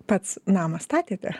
pats namą statėte